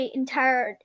entire